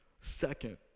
Second